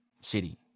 city